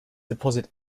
deposit